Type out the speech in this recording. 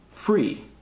free